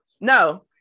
No